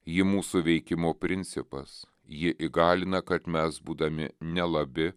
ji mūsų veikimo principas ji įgalina kad mes būdami nelabi